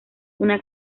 una